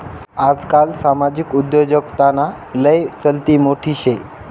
आजकाल सामाजिक उद्योजकताना लय चलती मोठी शे